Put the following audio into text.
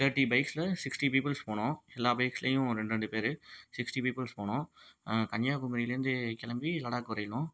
thirty பைக்ஸில் sixty peoples போனோம் எல்லா பைக்ஸ்லையும் ஒரு ரெண்டு ரெண்டு பேர் சிக்ஸ்டி பீப்புள்ஸ் போனோம் கன்னியாகுமரிலேருந்து கிளம்பி லடாக் வரையிலும்